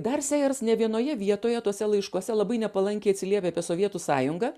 dar sėjers ne vienoje vietoje tuose laiškuose labai nepalankiai atsiliepia apie sovietų sąjungą